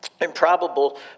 Improbable